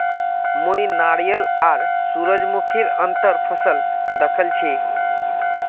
मुई नारियल आर सूरजमुखीर अंतर फसल दखल छी